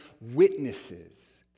witnesses